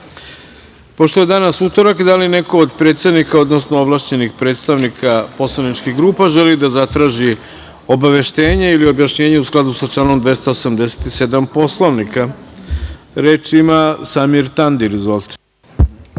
Pošto je danas utorak, da li neko od predsednika, odnosno ovlašćenih predstavnika poslaničkih grupa želi da zatraži obaveštenje ili objašnjenje u skladu sa članom 287. Poslovnika? Reč ima Samir Tandir. Izvolite.